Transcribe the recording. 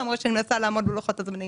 למרות שאני מנסה לעמוד בלוחות הזמנים.